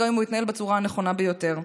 גם אם הוא התנהל בצורה הנכונה ביותר.